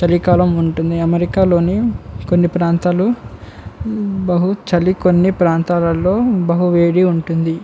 చలికాలం ఉంటుంది అమెరికాలోని కొన్ని ప్రాంతాలు బహు చలి కొన్ని ప్రాంతాలలో బహు వేడి ఉంటుంది